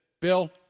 Bill